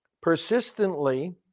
persistently